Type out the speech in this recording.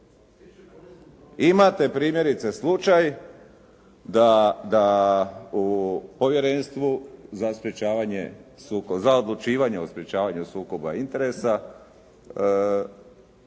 Imate primjerice slučaj da u Povjerenstvu za sprječavanje, za odlučivanje o sprječavanju sukoba interesa